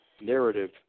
narrative